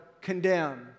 condemned